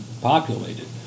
populated